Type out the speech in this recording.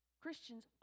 Christians